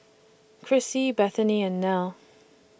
Crissie Bethany and Nelle